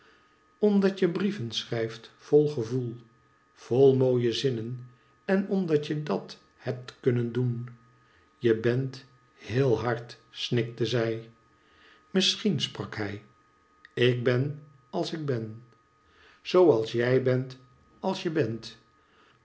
omdat je brieven schrijft vol gevoel volmooie zinnen enomdatjedathebtkunnen doen je bent heel hard snikte zij misschien sprak hij ik ben als ik ben zoo alsjij bent alsje bent